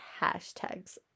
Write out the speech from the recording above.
hashtags